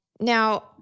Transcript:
Now